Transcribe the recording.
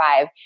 five